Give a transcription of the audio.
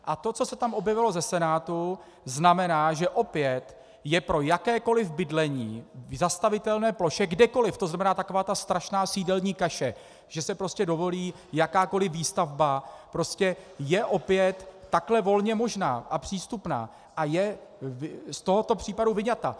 A to, co se tam objevilo ze Senátu, znamená, že opět je pro jakékoli bydlení v zastavitelné ploše kdekoli, to znamená, taková ta strašná sídelní kaše, že se dovolí jakákoli výstavba, je opět takhle volně možná a přístupná, a je z tohoto případu vyňata.